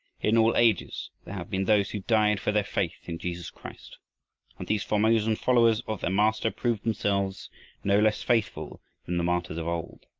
in all ages there have been those who died for their faith in jesus christ and these formosan followers of their master proved themselves no less faithful than the martyrs of old.